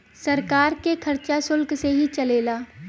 सरकार के खरचा सुल्क से ही चलेला